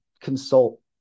consult